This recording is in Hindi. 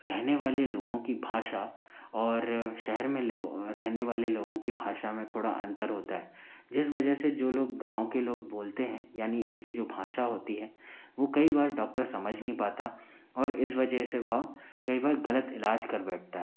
रहने वाले लोगों की भाषा और शहर में रेहने वाले लोगों की भाषा में थोड़ा अंतर होता है इस वजह से जो लोग गाँव के लोग बोलते हैं यानि उनकी जो भाषा होती है वो कई बार डॉक्टर समझ नहीं पाता और इस वजह से वह कई बार गलत इलाज कर बैठता है